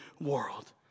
world